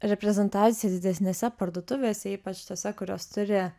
reprezentaciją didesnėse parduotuvėse ypač tose kurios turi